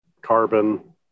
carbon